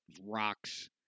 rocks